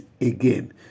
again